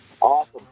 Awesome